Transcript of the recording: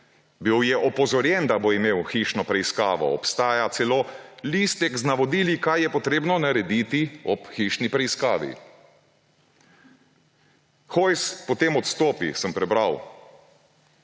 Bil je opozorjen, da bo imel hišno preiskavo, obstaja celo listek z navodili, kaj je potrebno narediti ob hišni preiskavi. Hojs potem odstopi ‒ sem prebral.